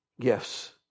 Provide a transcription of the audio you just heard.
gifts